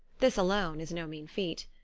this alone is no mean feat.